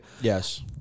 yes